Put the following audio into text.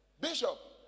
bishop